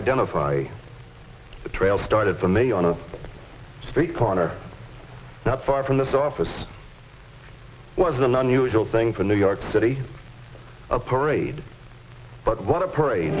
identify the trail started for me on a street corner not far from this office was an unusual thing for new york city a parade but what a parade